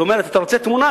אומרת: אתה רוצה תמונה,